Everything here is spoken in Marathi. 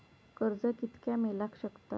कर्ज कितक्या मेलाक शकता?